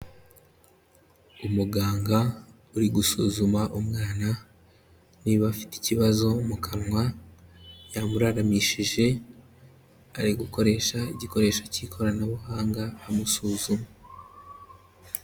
Umuganga uri gusuzuma umwana niba afite ikibazo mu kanwa, yamuramishije ari gukoresha igikoresho cy'ikoranabuhanga amusuzuma.